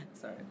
Sorry